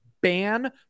ban